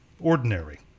ordinary